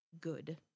good